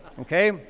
okay